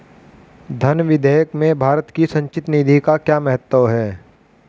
धन विधेयक में भारत की संचित निधि का क्या महत्व है?